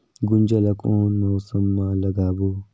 गुनजा ला कोन मौसम मा लगाबो?